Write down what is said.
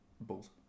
Balls